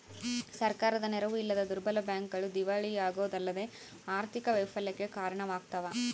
ಸರ್ಕಾರದ ನೆರವು ಇಲ್ಲದ ದುರ್ಬಲ ಬ್ಯಾಂಕ್ಗಳು ದಿವಾಳಿಯಾಗೋದಲ್ಲದೆ ಆರ್ಥಿಕ ವೈಫಲ್ಯಕ್ಕೆ ಕಾರಣವಾಗ್ತವ